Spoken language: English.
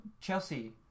Chelsea